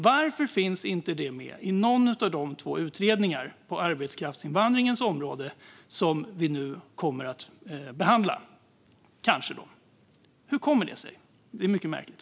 Varför finns det inte med i någon av de två utredningar på arbetskraftsinvandringens område som vi nu, kanske, kommer att behandla? Hur kommer det sig? Det är mycket märkligt.